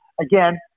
Again